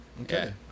okay